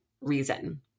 reason